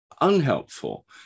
unhelpful